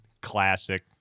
Classic